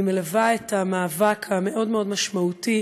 אני מלווה את המאבק המאוד-מאוד משמעותי,